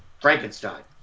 Frankenstein